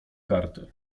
karty